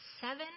seven